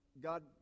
God